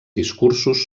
discursos